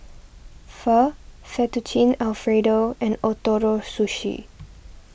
Pho Fettuccine Alfredo and Ootoro Sushi